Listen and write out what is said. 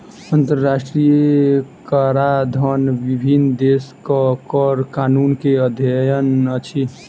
अंतरराष्ट्रीय कराधन विभिन्न देशक कर कानून के अध्ययन अछि